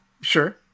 Sure